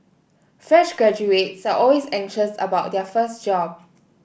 fresh graduates are always anxious about their first job